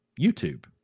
YouTube